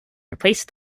replaced